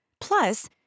Plus